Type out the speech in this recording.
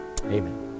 Amen